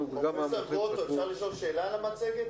פרופ' גרוטו, אפשר לשאול שאלה על המצגת?